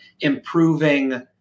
improving